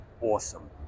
awesome